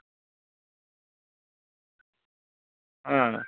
ᱦᱮᱸ